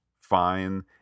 fine